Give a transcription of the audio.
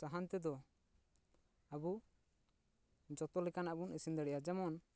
ᱥᱟᱦᱟᱱ ᱛᱮᱫᱚ ᱟᱵᱚ ᱡᱚᱛᱚ ᱞᱮᱠᱟᱱᱟᱜ ᱵᱚᱱ ᱤᱥᱤᱱ ᱫᱟᱥᱮᱭᱟᱜᱼᱟ ᱡᱮᱢᱚᱱ